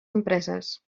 empreses